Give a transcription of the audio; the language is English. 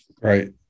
Right